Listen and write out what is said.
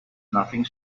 nothing